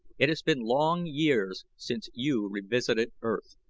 it has been long years since you revisited earth,